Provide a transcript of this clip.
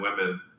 women